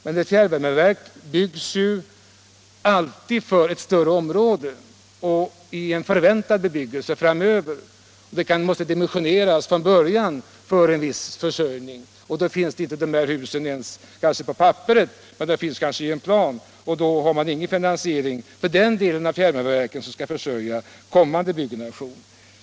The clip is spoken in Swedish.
Men ett fjärrvärmeverk byggs ju alltid för ett större område i en förväntad bebyggelse framöver. Det måste från början dimensioneras för en viss försörjning, och då finns de framtida husen inte ens på papperet utan bara i en plan. Då har man alltså ingen finansiering av den del av fjärrvärmeverket som skall försörja kommande byggnation.